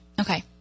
Okay